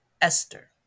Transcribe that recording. Esther